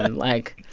and like,